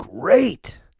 great